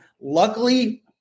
luckily